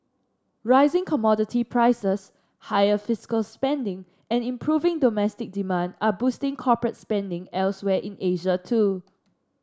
rising commodity prices higher fiscal spending and improving domestic demand are boosting corporate spending elsewhere in Asia too